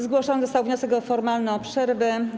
Zgłoszony został wniosek formalny o przerwę.